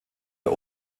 der